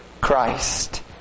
Christ